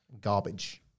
garbage